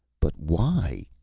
but why?